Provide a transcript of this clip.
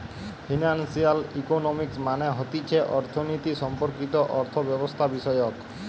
financial economics মানে হতিছে অর্থনীতি সম্পর্কিত অর্থব্যবস্থাবিষয়ক